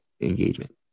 engagement